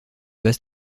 base